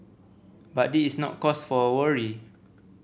but this is no cause for worry